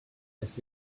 test